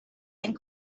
and